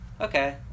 okay